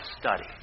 study